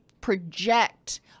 project